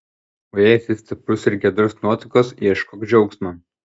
o jei esi stiprus ir giedros nuotaikos ieškok džiaugsmo